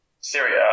Syria